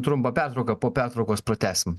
trumpą pertrauką po pertraukos pratęsim